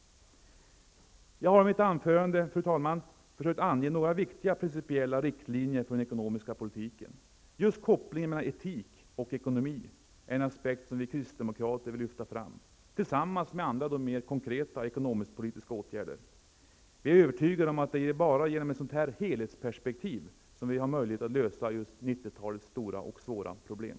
Jag har i mitt anförande försökt ange några viktiga principiella riktlinjer för den ekonomiska politiken. Just kopplingen mellan etik och ekonomi är en aspekt som vi kristdemokrater vill lyfta fram, tillsammans med andra mer konkreta ekonomisk-politiska åtgärder. Vi är övertygade om att det är bara genom ett sådant helhetsperspektiv som vi har möjlighet att lösa 90 talets stora och svåra problem.